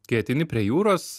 kai ateini prie jūros